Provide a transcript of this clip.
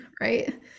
Right